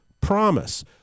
promise